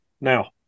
now